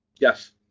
Yes